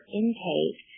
intake